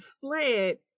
fled